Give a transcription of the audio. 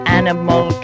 animal